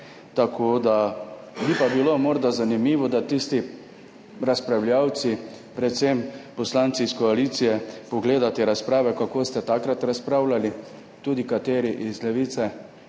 marec. Bi pa bilo morda zanimivo, da tisti razpravljavci, predvsem poslanci iz koalicije, pogledate razprave, kako ste takrat razpravljali, tudi kateri iz Levice,